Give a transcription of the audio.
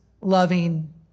loving